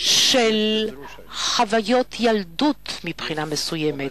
של חוויות ילדות מבחינה מסוימת,